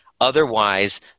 Otherwise